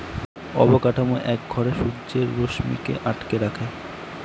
অবকাঠামো এক ঘরে সূর্যের রশ্মিকে আটকে রাখে